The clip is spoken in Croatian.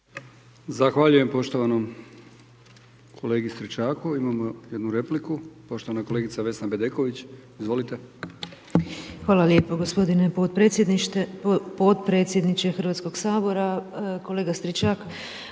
Zahvaljujem poštovanom kolegi Stričaku. Imamo jednu repliku, poštovan kolegica Vesna Bedeković, izvolite.